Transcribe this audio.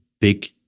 big